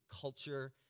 culture